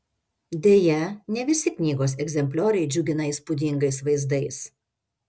deja ne visi knygos egzemplioriai džiugina įspūdingais vaizdais